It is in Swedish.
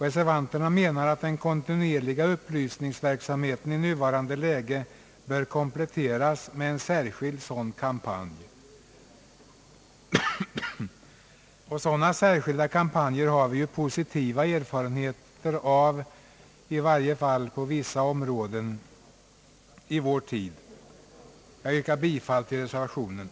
Reservanterna menar att en kontinuerlig upplysningsverksamhet i nuvarande läge bör kompletteras med en särskild sådan kampanj. Sådana särskilda kampanjer har vi ju positiva er farenheter av, i varje fall på vissa områden i vår tid. Herr talman! Jag yrkar bifall till reservation 1.